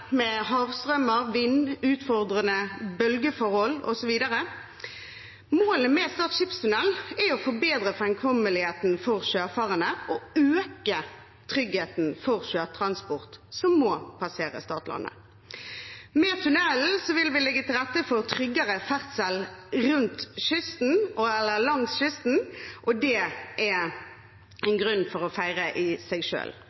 med havstrømmer, vind, utfordrende bølgeforhold osv. Målet med Stad skipstunnel er å forbedre framkommeligheten for sjøfarende og øke tryggheten for sjøtransport som må passere Stadlandet. Med tunnelen vil vi legge til rette for tryggere ferdsel langs kysten, og det er en grunn for å feire i seg